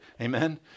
amen